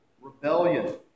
rebellion